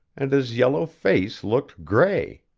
and his yellow face looked grey.